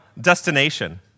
destination